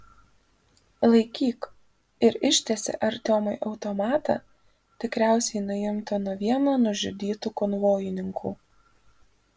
laikyk ir ištiesė artiomui automatą tikriausiai nuimtą nuo vieno nužudytų konvojininkų